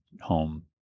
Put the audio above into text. home